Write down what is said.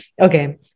Okay